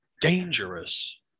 dangerous